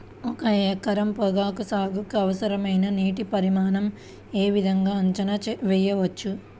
ఒక ఎకరం పొగాకు సాగుకి అవసరమైన నీటి పరిమాణం యే విధంగా అంచనా వేయవచ్చు?